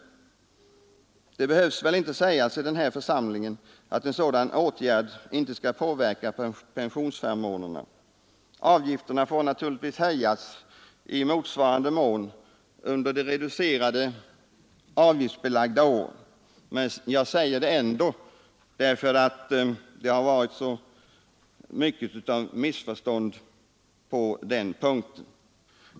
Det behöver väl inte sägas i denna församling att en sådan åtgärd inte skall påverka pensionsförmånerna. Avgifterna får naturligtvis höjas i motsvarande mån under den reducerade avgiftstiden. Men jag säger detta ändå därför att det har varit så mycket av missförstånd på den punkten.